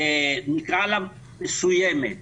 נקרא לה מסוימת.